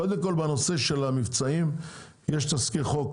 קודם כל בנושא של המבצעים יש תזכיר חוק